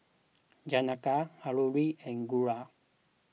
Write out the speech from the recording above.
Janaki Alluri and Guru